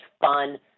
fun